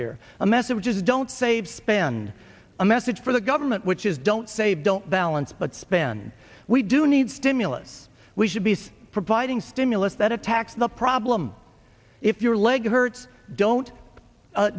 here a message is don't save span a message for the government which is don't say don't balance but spend we do need stimulus we should be providing stimulus that attacks the problem if your leg hurts don't